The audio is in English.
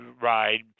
ride